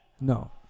No